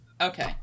Okay